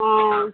অঁ